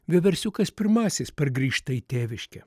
vieversiukas pirmasis pargrįžta į tėviškę